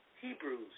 Hebrews